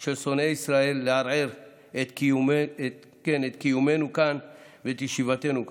של שונאי ישראל לערער את קיומנו כאן ואת ישיבתנו כאן.